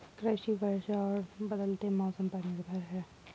कृषि वर्षा और बदलते मौसम पर निर्भर है